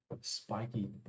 spiky